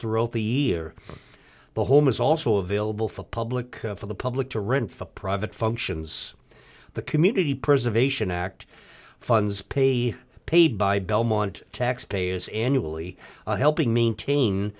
throughout the year the home is also available for the public for the public to rent for a private functions the community preservation act funds pay paid by belmont taxpayers annually helping maintain